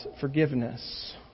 forgiveness